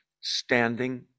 Standing